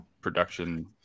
production